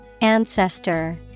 Ancestor